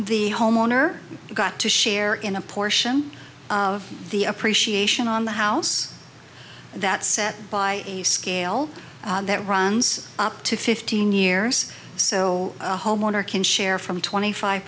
the homeowner got to share in a portion of the appreciation on the house that set by a scale that runs up to fifteen years so a homeowner can share from twenty five